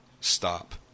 Stop